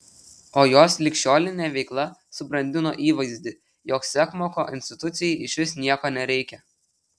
o jos ligšiolinė veikla subrandino įvaizdį jog sekmoko institucijai išvis nieko nereikia